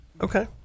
Okay